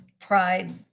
pride